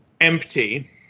empty